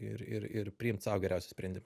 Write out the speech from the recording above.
ir ir ir priimt sau geriausią sprendimą